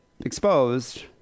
exposed